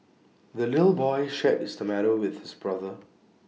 the little boy shared his tomato with his brother